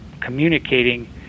communicating